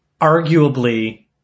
Arguably